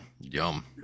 Yum